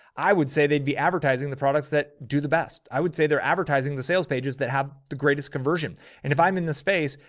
i would say they'd be advertising the products that do the best. i would say they're advertising the sales pages that have the greatest conversion. and if i'm in the space,